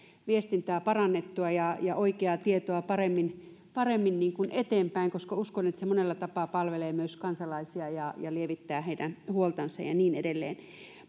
viestintää parannettua ja ja oikeaa tietoa paremmin eteenpäin uskon että se monella tapaa palvelee myös kansalaisia ja ja lievittää heidän huoltansa ja niin edelleen